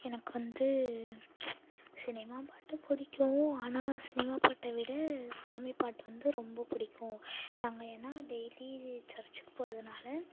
எனக்கு வந்து சினிமா பாட்டும் பிடிக்கும் ஆனால் சினிமா பாட்டை விட சாமி பாட்டு வந்து ரொம்ப பிடிக்கும் நாங்கள் ஏன்னா டெய்லி சர்ச்சுக்கு போகிறதுனால